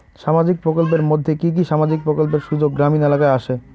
সামাজিক প্রকল্পের মধ্যে কি কি সামাজিক প্রকল্পের সুযোগ গ্রামীণ এলাকায় আসে?